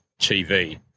TV